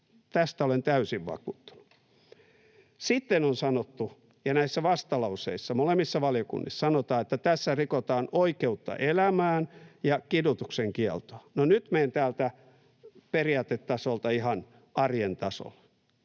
Tästä olen täysin vakuuttunut. Sitten on sanottu ja näissä vastalauseissa, molemmissa valiokunnissa, sanotaan, että tässä rikotaan oikeutta elämään ja kidutuksen kieltoa. No nyt menen täältä periaatetasolta ihan arjen tasolle.